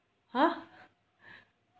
!huh!